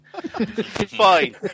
Fine